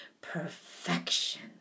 perfection